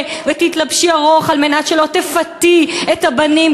ותתלבשי ארוך על מנת שלא תפתי את הבנים,